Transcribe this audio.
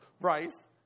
rice